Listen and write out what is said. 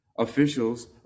Officials